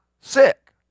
sick